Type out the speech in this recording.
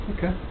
Okay